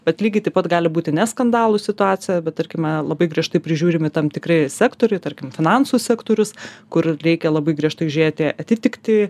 bet lygiai taip pat gali būti ne skandalų situacija bet tarkime labai griežtai prižiūrimi tam tikri sektoriai tarkim finansų sektorius kur reikia labai griežtai žiūrėti atitikti